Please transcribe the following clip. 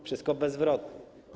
Wszystko bezzwrotnie.